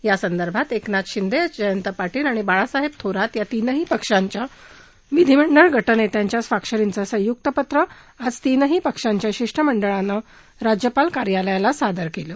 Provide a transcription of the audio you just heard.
यासंदर्भात एकनाथ शिंदे जयंत पार्शेल आणि बाळासाहेब थोरात या तीनही पक्षांच्या विधीमंडळ ग जेत्यांच्या स्वाक्षरीचं संयुक्त पत्र आज तिनही पक्षाच्या शिष्टमंडळानं राज्यपाल कार्यालयाला सादर केलं